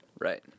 Right